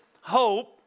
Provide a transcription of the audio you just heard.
hope